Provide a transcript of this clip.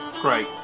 great